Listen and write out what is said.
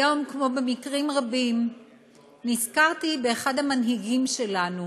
היום, כמו במקרים רבים נזכרתי באחד המנהיגים שלנו